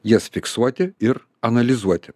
jas fiksuoti ir analizuoti